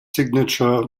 signature